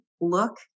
look